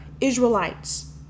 Israelites